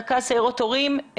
רכז סיירות הורים,